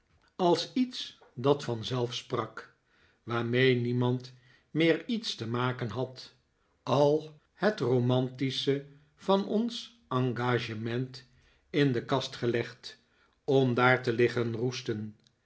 als iets dat vanzelf sprak waarmee niemand meer iets te maken had al het romantische van ons engagement in de kast gelegd om daar te liggen roesten